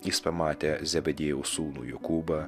jis pamatė zebediejaus sūnų jokūbą